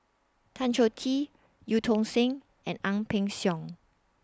Tan Choh Tee EU Tong Sen and Ang Peng Siong